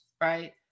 right